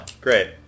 Great